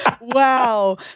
Wow